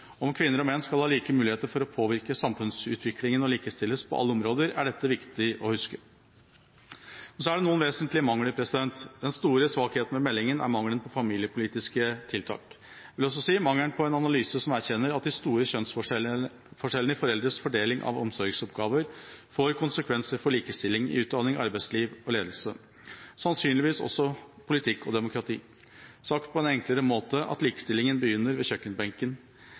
Om kvinner og menn skal ha like muligheter for å påvirke samfunnsutviklingen og likestilles på alle områder, er dette viktig å huske. Men så er det noen vesentlige mangler. Den store svakheten ved meldingen er mangelen på familiepolitiske tiltak. Jeg vil også si: mangelen på en analyse som erkjenner at de store kjønnsforskjellene i foreldres fordeling av omsorgsoppgaver får konsekvenser for likestilling i utdanning, arbeidsliv og ledelse – og sannsynligvis også politikk og demokrati. Sagt på en enklere måte: Likestilling begynner ved kjøkkenbenken.